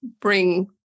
bring